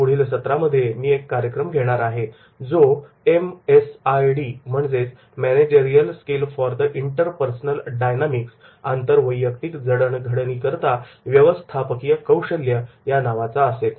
पुढच्या सत्रामध्ये मी एक कार्यक्रम घेणार आहे आहे जो MSID म्हणजेच managerial skills for the interpersonal dynamics आंतरवैयक्तिक जडणघडणीकरिता व्यवस्थापकीय कौशल्य या नावाचा असेल